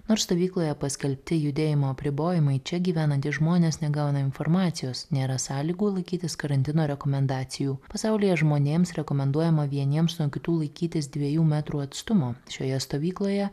nors stovykloje paskelbti judėjimo apribojimai čia gyvenantys žmonės negauna informacijos nėra sąlygų laikytis karantino rekomendacijų pasaulyje žmonėms rekomenduojama vieniems nuo kitų laikytis dviejų metrų atstumo šioje stovykloje